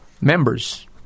members